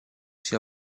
sia